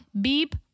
beep